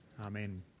Amen